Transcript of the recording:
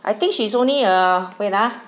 I think she's only a wait ah